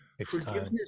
Forgiveness